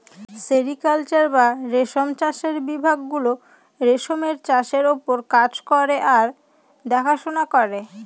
sericulture বা রেশম চাষের বিভাগ গুলো রেশমের চাষের ওপর কাজ করে আর দেখাশোনা করে